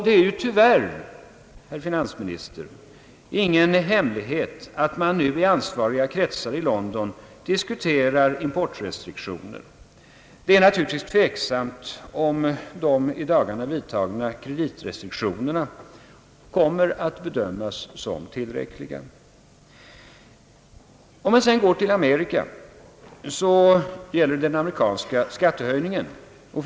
Det är tyvärr, herr finansminister, ingen hemlighet att man nu i ansvariga kretsar i London diskuterar direkta importrestriktioner. Det är f. ö. tveksamt om de i dagarna vidtagna kreditrestriktionerna kommer att bedömas som ensamt tillräckliga. I USA har en skattehöjning föreslagits.